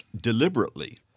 deliberately